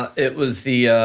it was the